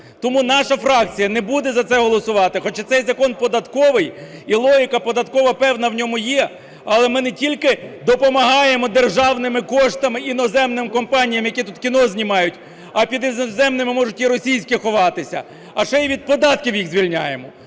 Тому наша фракція не буде за це голосувати, хоча цей закон податковий і логіка податкова певна в ньому є, але ми не тільки допомагаємо державними коштами іноземним компаніям, які тут кіно знімають, а під іноземними можуть і російські ховатися, а ще й від податків їх звільняємо!